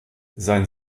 sein